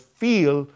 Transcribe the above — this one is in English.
feel